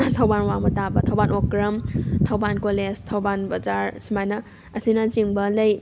ꯊꯧꯕꯥꯜ ꯋꯥꯡꯃ ꯇꯥꯕ ꯊꯧꯕꯥꯜ ꯑꯣꯀ꯭꯭ꯔꯝ ꯊꯧꯕꯥꯜ ꯀꯣꯂꯦꯖ ꯊꯧꯕꯥꯜ ꯕꯖꯥꯔ ꯁꯨꯃꯥꯏꯅ ꯑꯁꯤꯅꯆꯤꯡꯕ ꯂꯩ